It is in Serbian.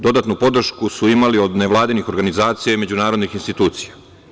Dodatnu podršku su imali od nevladinih organizacija i međunarodnih institucija.